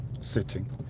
sitting